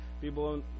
People